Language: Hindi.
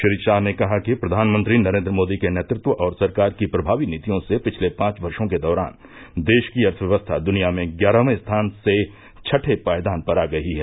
श्री शाह ने कहा कि प्रधानमंत्री नरेन्द्र मोदी के नेतृत्व और सरकार की प्रभावी नीतियों से पिछले पाँच वर्षो के दौरान देश की अर्थव्यवस्था दुनिया में ग्यारहवें स्थान से छठें पायदान पर आ गयी है